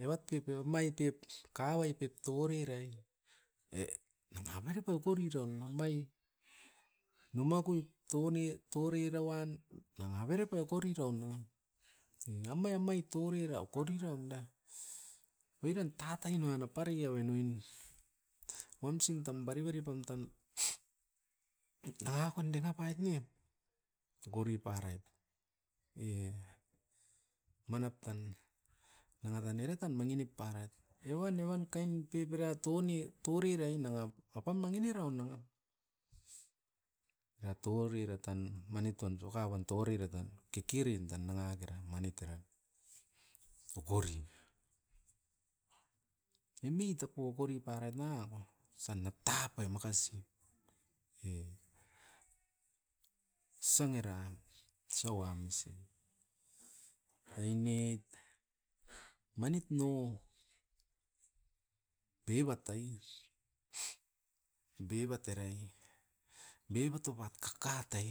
Evat pep i omai pep, kauai pep torerai, e nanga avere pai okori ron namai numa koip toni, torira uan. Nanga avere pai okori raun a, amai amai torira okori raun na oiran tatain uan apari uruain oin, wamsin tan bari bari pam tan kaakon denga pait ne, okori parait, ne. Manap tan, nanga tan era tan mangi nip parait, evan-evan kain pep era touni torirai nanga, apam mangi ni raun nanga. A torira tan, manit uan toka uan torira tan, kekeren tan nanga kera manit era. Okori eme itap okori parait nangako, osan nat taapai makasi e osan era, osa wamisin. Ainet, manit no bebat ai, bebat era'i bebat oupat kakat'ai.